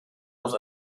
aus